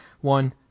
One